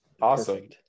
awesome